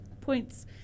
points